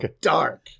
dark